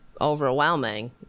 overwhelming